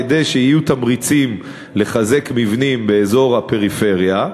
כדי שיהיו תמריצים לחזק מבנים באזור הפריפריה,